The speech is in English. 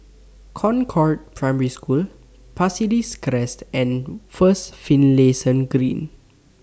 Concord Primary School Pasir Ris Crest and First Finlayson Green